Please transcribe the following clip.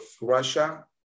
Russia